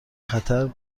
خطر